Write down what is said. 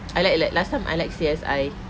I like like last time I like C_S_I